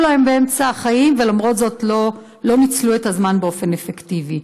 להם באמצע החיים ולמרות זאת לא ניצלו את הזמן באופן אפקטיבי.